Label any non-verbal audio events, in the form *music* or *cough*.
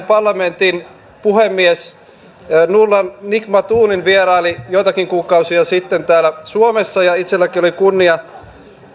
*unintelligible* parlamentin alahuoneen puhemies nurlan nigmatulin vieraili joitakin kuukausia sitten täällä suomessa ja itsellänikin oli kunnia